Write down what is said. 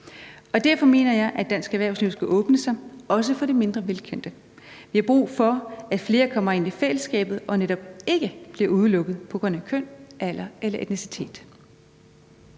Derfor mener jeg, at dansk erhvervsliv skal åbne sig, også for det mindre velkendte. Vi har brug for, at flere kommer ind i fællesskabet og netop ikke bliver udelukket på grund af køn, alder eller etnicitet.